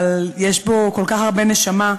אבל יש בו כל כך הרבה נשמה,